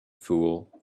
fool